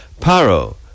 Paro